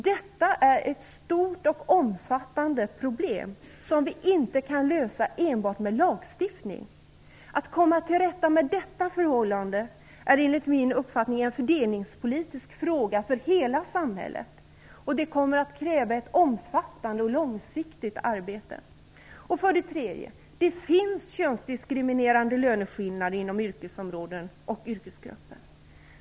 Detta är ett stort och omfattande problem som vi inte kan lösa enbart med lagstiftning. Att komma till rätta med detta förhållande är enligt min uppfattning en fördelningspolitisk fråga för hela samhället, som kommer att kräva ett omfattande och långsiktigt arbete. För det tredje: Det finns könsdiskriminerande löneskillnader inom yrkesområden och yrkesgrupper.